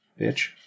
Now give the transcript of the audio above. bitch